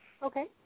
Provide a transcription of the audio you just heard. Okay